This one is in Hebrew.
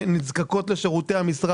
הופתעתי למרות שהייתי מקורב לסוגיות החברתיות.